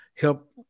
help